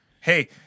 hey